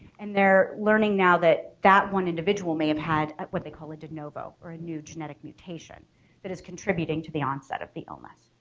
and they're learning now that that one individual may have had at what they call a de novo or a new genetic mutation that is contributing to the onset of the illness.